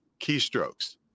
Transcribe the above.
keystrokes